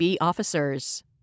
Officers